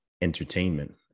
entertainment